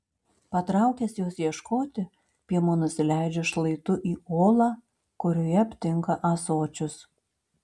patraukęs jos ieškoti piemuo nusileidžia šlaitu į olą kurioje aptinka ąsočius